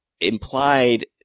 implied